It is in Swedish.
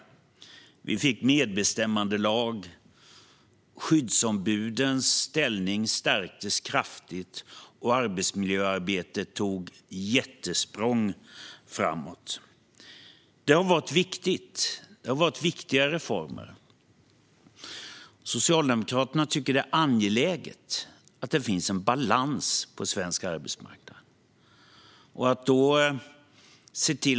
Vi fick medbestämmandelagen. Skyddsombudens ställning stärktes kraftigt, och arbetsmiljöarbetet tog jättesprång framåt. Det har varit viktigt. Det har varit viktiga reformer. Socialdemokraterna tycker att det är angeläget att det finns en balans på svensk arbetsmarknad.